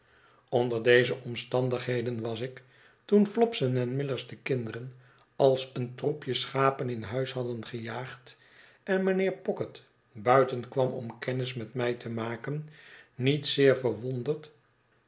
onder deze omstandigheden was ik toen fiopson en millers de kinderen als een troepje schapen in huis hadden gejaagd en mijnheer pocket buiten kwam om kennis met mij te maken niet zeer verwonderd